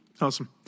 Awesome